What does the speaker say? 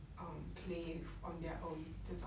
um play on their own 这种